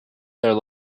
their